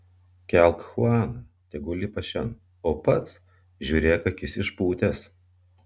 kelk chuaną tegu lipa šen o pats žiūrėk akis išpūtęs